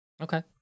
Okay